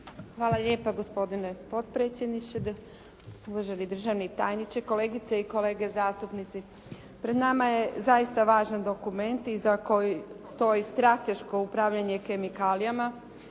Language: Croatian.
Hvala lijepa gospodine potpredsjedniče, uvaženi državni tajniče, kolegice i kolege zastupnici. Pred nama je zaista važan dokument iza kojeg stoji strateško upravljanje kemikalijama